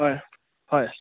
হয় হয়